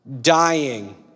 dying